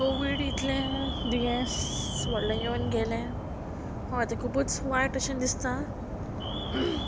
Covid इतलें दुयेंस व्हडलें येवन गेलें हय तें खुबूच वायट अशें दिसता